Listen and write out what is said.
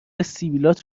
سبیلات